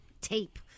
tape